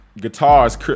guitars